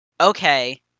okay